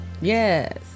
Yes